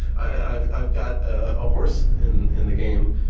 i've i've got a horse in in the game,